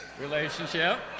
relationship